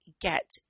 get